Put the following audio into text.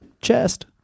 Chest